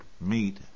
meet